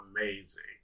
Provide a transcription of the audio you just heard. amazing